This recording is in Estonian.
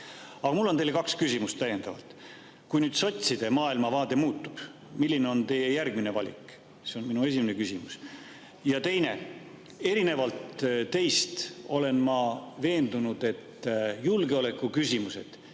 Aga mul on teile kaks küsimust, täiendavalt. Kui nüüd sotside maailmavaade muutub, milline on teie järgmine valik? See on minu esimene küsimus. Ja teine. Erinevalt teist olen ma veendunud, et julgeolekuküsimused